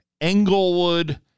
Englewood